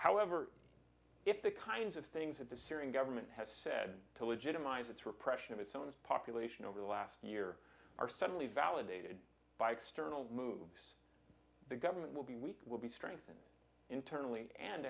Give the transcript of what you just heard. however if the kinds of things that the syrian government has said to legitimize its repression of its own population over the last year are suddenly validated by external moves the government will be weak will be strengthened internally and